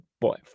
boy